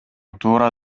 туура